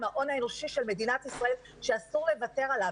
עם ההון האנושי של מדינת ישראל שאסור לוותר עליו,